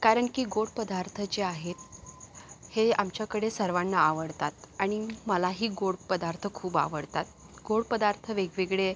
कारण की गोड पदार्थ जे आहेत हे आमच्याकडे सर्वांना आवडतात आणि मलाही गोड पदार्थ खूप आवडतात गोड पदार्थ वेगवेगळे